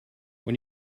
when